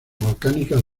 volcánicas